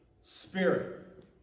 Spirit